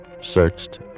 Searched